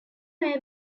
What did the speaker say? may